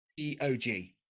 eog